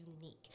unique